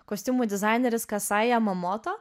kostiumų dizaineris kasaja momoto